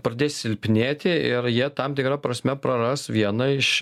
pradės silpnėti ir jie tam tikra prasme praras vieną iš